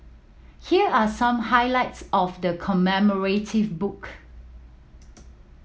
here are some highlights of the commemorative book